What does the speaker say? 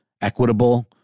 equitable